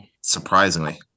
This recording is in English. Surprisingly